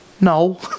No